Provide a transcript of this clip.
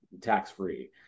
tax-free